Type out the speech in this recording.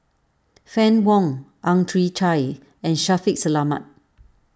Fann Wong Ang Chwee Chai and Shaffiq Selamat